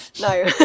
No